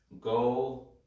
go